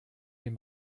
dem